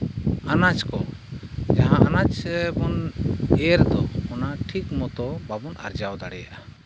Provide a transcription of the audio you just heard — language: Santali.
ᱟᱱᱟᱡᱽ ᱠᱚ ᱡᱟᱦᱟᱸ ᱟᱱᱟᱡᱽ ᱥᱮᱵᱚᱱ ᱮᱨ ᱫᱚ ᱚᱱᱟ ᱴᱷᱤᱠ ᱢᱚᱛᱚ ᱵᱟᱵᱚᱱ ᱟᱨᱡᱟᱣ ᱫᱟᱲᱮᱭᱟᱜᱼᱟ